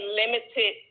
limited